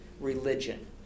religion